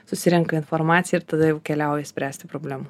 susirenka informaciją ir tada jau keliauja spręsti problemų